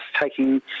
taking